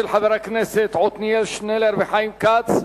של חברי הכנסת עתניאל שנלר וחיים כץ,